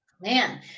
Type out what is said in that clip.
Man